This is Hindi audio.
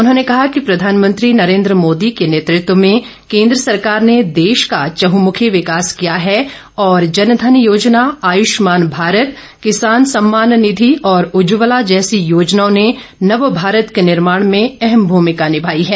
उन्होंने कहा कि प्रधानमंत्री नरेंद्र मोदी के नेतृत्व में केंद्र सरकार ने देश का चह मुखी विकास किया है और जनधन योजना आयुष्मान भारत किसान समान निधि और उज्ज्वला जैसी योजनाओं ने नवभारत के निर्माण में अहम भूमिका निर्माई है